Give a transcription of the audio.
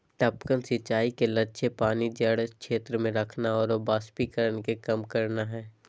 टपकन सिंचाई के लक्ष्य पानी जड़ क्षेत्र में रखना आरो वाष्पीकरण के कम करना हइ